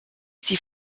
sie